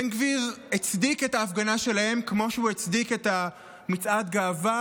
בן גביר הצדיק את ההפגנה שלהם כמו שהוא הצדיק את מצעד הגאווה,